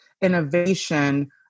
innovation